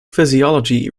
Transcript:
physiology